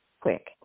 quick